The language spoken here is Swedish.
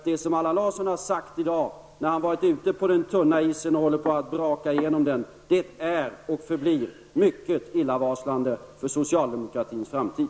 Det som Allan Larsson har sagt i dag när han varit ute på den tunna isen och hållit på att braka igenom den är och förblir mycket illavarslande för socialdemokratins framtid.